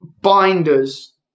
binders